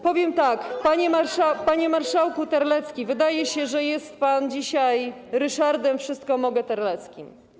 Powiem tak: Panie marszałku Terlecki, wydaje się, że jest pan dzisiaj Ryszardem wszystko mogę Terleckim.